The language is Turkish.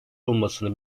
olmasını